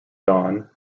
don